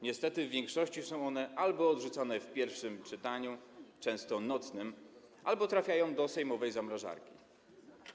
Niestety w większości są one albo odrzucane w pierwszym czytaniu, często nocnym, albo trafiają do sejmowej zamrażarki.